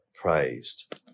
praised